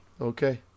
Okay